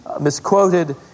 misquoted